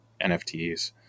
NFTs